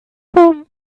from